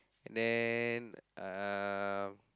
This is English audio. and then uh